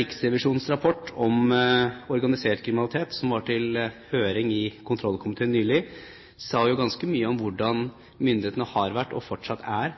Riksrevisjonens rapport om organisert kriminalitet som var til høring i kontrollkomiteen nylig, sa jo ganske mye om hvordan myndighetene har vært og fortsatt er